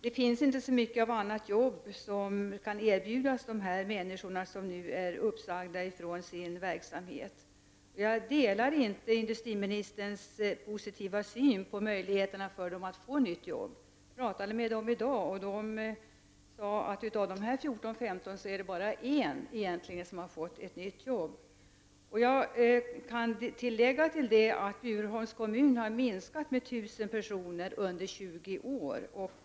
Det finns inte många andra jobb att erbjuda dessa människor som nu är uppsagda från sin verksamhet. Jag delar inte industriministerns positiva syn, att möjligheterna för dem att få jobb är bra. Jag har talat med dem i dag. De sade att av dessa fjorton eller femton är det bara en som egentligen har fått ett nytt jobb. Jag kan tillägga att befolkningen i Bjurholms kommun har minskat med 1000 under 20 år.